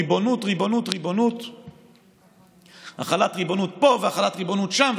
ריבונות: החלת ריבונות פה והחלת ריבונות שם,